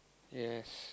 yes